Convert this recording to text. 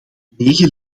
negen